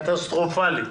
קטסטרופלית.